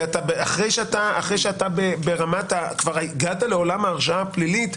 אחרי שהגעת לעולם הרשעה הפלילית,